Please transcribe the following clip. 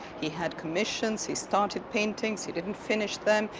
he had commissions. he started paintings. he didn't finish them.